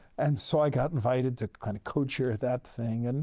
and so, i got invited to kind of co-chair at that thing. and